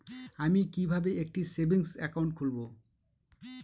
আমি কিভাবে একটি সেভিংস অ্যাকাউন্ট খুলব?